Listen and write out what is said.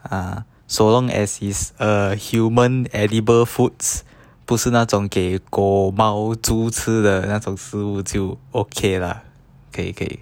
uh so long as is a human edible foods 不是那种狗猫猪吃的那种食物就 okay lah 可以可以